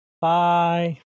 Bye